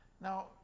Now